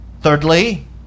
Thirdly